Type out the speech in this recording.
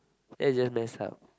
that's just messed up